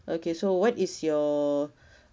okay so what is your